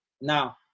Now